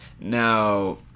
now